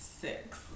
six